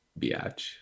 Biatch